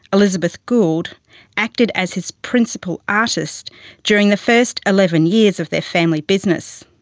elizabeth gould acted as his principal artist during the first eleven years of their family business.